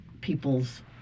people's